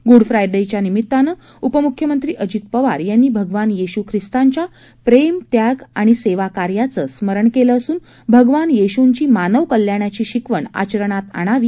ग्डफ्रायडेच्या निमितानं उपम्ख्यमंत्री अजित पवार यांनी भगवान येश् ख्रिस्तांच्या प्रेम त्याग आणि सेवाकार्याचं स्मरण केलं असून भगवान येशूंची मानवकल्याणाची शिकवण आचरणात आणावी